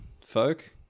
folk